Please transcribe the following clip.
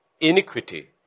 iniquity